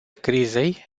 crizei